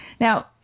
Now